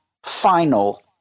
final